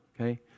okay